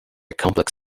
complex